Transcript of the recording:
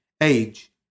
age